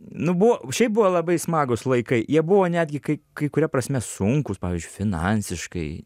nu buvo šiaip buvo labai smagūs laikai jie buvo netgi kai kai kuria prasme sunkūs pavyzdžiui finansiškai